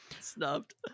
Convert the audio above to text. Snubbed